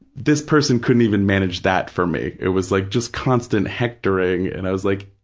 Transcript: this person couldn't even manage that for me. it was like just constant hectoring and i was like,